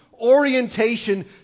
orientation